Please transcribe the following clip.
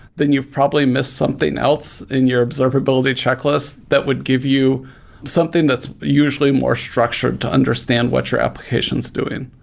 then you've probably missed something else in your observability checklist that would give you something that's usually more structured to understand what your application is doing.